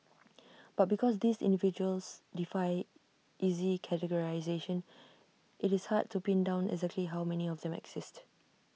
but because these individuals defy easy categorisation IT is hard to pin down exactly how many of them exist